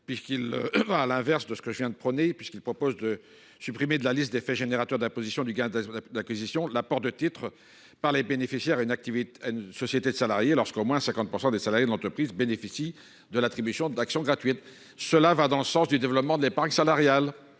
vise à supprimer de la liste des faits générateurs d’imposition du gain d’acquisition l’apport de titres par les bénéficiaires à une société de salariés lorsqu’au moins 50 % des salariés de l’entreprise bénéficient de l’attribution d’actions gratuites. Cette mesure va dans le sens du développement de l’épargne salariale,